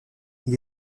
elle